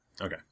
Okay